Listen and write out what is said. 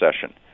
session